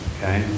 Okay